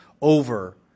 over